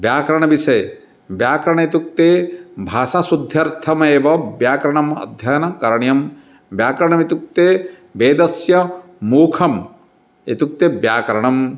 व्याकरणं विषये व्याकरणम् इत्युक्ते भाषाशुद्ध्यर्थमेव व्याकरणस्य अध्ययनं करणीयं व्याकरणमित्युक्ते वेदस्य मुखम् इत्युक्ते व्याकरणम्